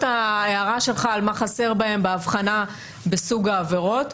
ההערה שלך על מה שחסר בהם בהבחנה בסוג העבירות.